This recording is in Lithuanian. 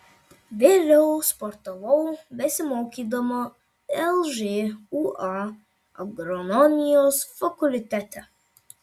vėliau sportavau besimokydama lžūa agronomijos fakultete